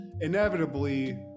inevitably